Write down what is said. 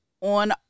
on